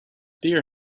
beer